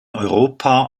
europa